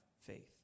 faith